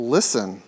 Listen